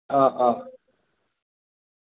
অ' অ'